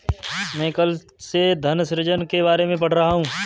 मैं कल से धन सृजन के बारे में पढ़ रहा हूँ